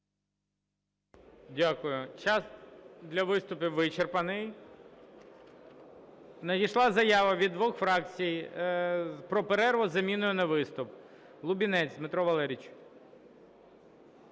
Дякую. Час для виступів вичерпаний. Надійшла заява від двох фракцій про перерву з заміною на виступ. Лубінець Дмитро Валерійович.